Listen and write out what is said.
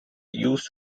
used